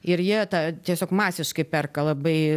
ir jie tą tiesiog masiškai perka labai